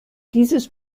dieses